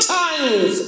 times